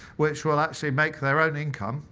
which will actually make their own income.